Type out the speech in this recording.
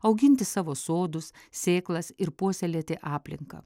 auginti savo sodus sėklas ir puoselėti aplinką